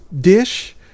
dish